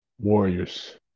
Warriors